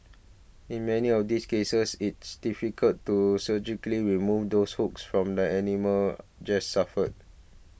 in many of these cases it's difficult to surgically remove those hooks from the animals just suffer